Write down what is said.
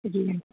हूं